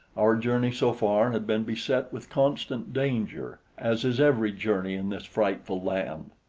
our journey so far had been beset with constant danger, as is every journey in this frightful land.